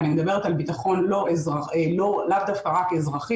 ואני מדברת על ביטחון לאו דווקא רק אזרחי